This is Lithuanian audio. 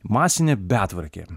masinė betvarkė